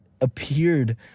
appeared